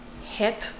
hip